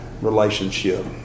relationship